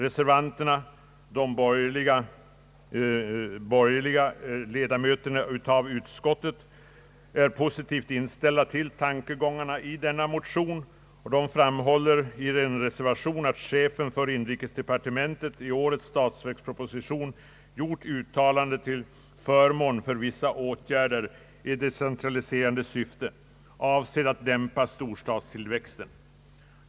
De borgerliga ledamöterna av utskottet är positivt inställda till tankegångarna i motionerna. Chefen för inrikesdepartementet har i årets statsverksproposition gjort uttalande till förmån för vissa åtgärder i decentraliserande syfte, avsedda att dämpa storstadstillväxten.